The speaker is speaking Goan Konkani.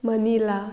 मनीला